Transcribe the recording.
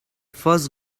first